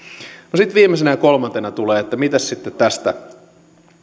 sitten viimeisenä ja kolmantena tulee se miten sitten tästä